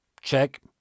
Check